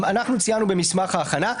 אנחנו ציינו במסמך ההכנה,